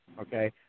okay